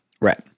Right